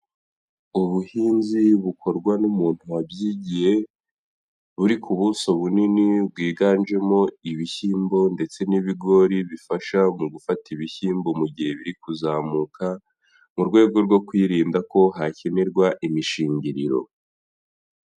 Ubuhinzi bukorwa n'umuntu wabyigiye, buri ku buso bunini bwiganjemo ibishyimbo ndetse n'ibigori bifasha mu gufata ibishyimbo mu gihe biri kuzamuka, mu rwego rwo kwirinda ko hakenerwa imishingiriro.